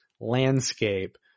landscape